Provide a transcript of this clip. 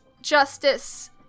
Justice